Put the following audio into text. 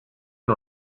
and